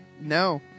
No